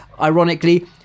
ironically